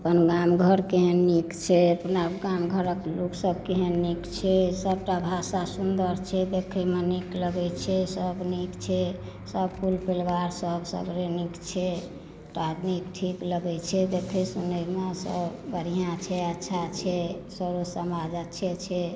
गामघर तऽ नीक छै अपना गामघरक लोक सब केहन नीक छै सबटा भाषा सुन्दर छै देखैमे नीक लागै छै सब नीक छै सब कुल पलिवार सब चलबै मे नीक छै शादी खेप लगै छै त खूब बढ़िऑं सॅं बढ़िऑं छै अच्छा छै सब समाज अच्छे छै